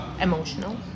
Emotional